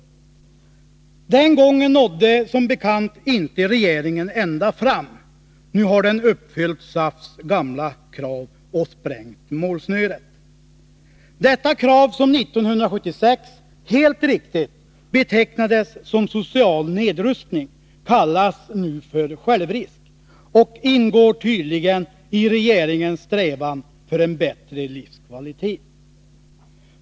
Den gången nådde som bekant regeringen inte ända fram. Nu har den uppfyllt SAF:s gamla krav och sprängt målsnöret. Detta krav som 1976, helt riktigt, betecknades såsom social nedrustning kallas nu för självrisk och ingår tydligen i regeringens strävan efter en bättre livskvalitet.